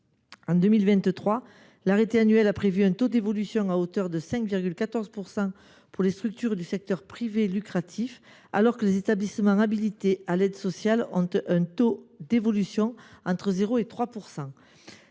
En 2023, l’arrêté annuel a prévu un taux d’évolution à hauteur de 5,14 % pour les structures du secteur privé lucratif, alors que les établissements habilités à l’aide sociale ont un taux d’évolution entre 0 % et 3 %.